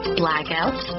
blackouts